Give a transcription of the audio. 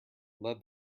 led